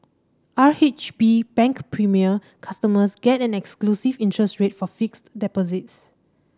R H B Bank Premier customers get an exclusive interest rate for fixed deposits